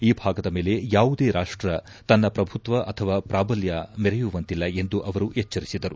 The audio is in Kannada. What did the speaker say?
ಈ ಭಾಗದ ಮೇಲೆ ಯಾವುದೇ ರಾಷ್ಟ ತನ್ನ ಪ್ರಭುತ್ವ ಅಥವಾ ಪ್ರಾಭಲ್ಯ ಮೆರೆಯುವಂತಿಲ್ಲ ಎಂದು ಅವರು ಎಚ್ವರಿಸಿದರು